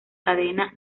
cadena